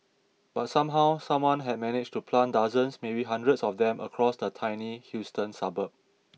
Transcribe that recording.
but somehow someone had managed to plant dozens maybe hundreds of them across the tiny Houston suburb